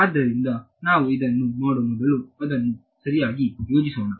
ಆದ್ದರಿಂದ ನಾವು ಇದನ್ನು ಮಾಡುವ ಮೊದಲು ಅದನ್ನು ಸರಿಯಾಗಿ ಯೋಜಿಸೋಣ